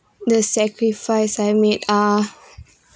the sacrifice I made ah